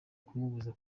kumubuza